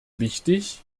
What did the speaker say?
wichtig